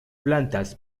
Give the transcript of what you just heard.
plantas